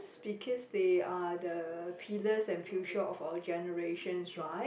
because they are the pillars and future of our generations right